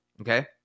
Okay